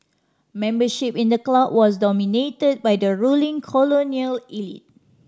membership in the club was dominated by the ruling colonial elite